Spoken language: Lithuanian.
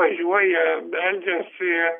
važiuoja meldžiasi